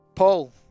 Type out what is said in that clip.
Paul